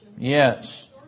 Yes